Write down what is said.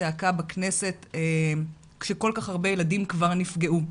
צעקה בכנסת כשכל כך הרבה ילדים כבר נפגעו?